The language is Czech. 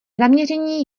zaměření